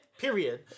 period